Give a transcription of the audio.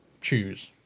choose